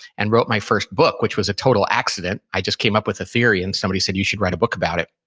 and wrote my first book, which was a total accident. i just came up with the theory and somebody said, you should write a book about it.